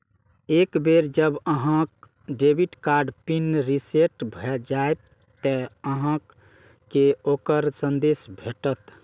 एक बेर जब अहांक डेबिट कार्ड पिन रीसेट भए जाएत, ते अहांक कें ओकर संदेश भेटत